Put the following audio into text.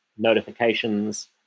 notifications